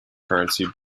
currency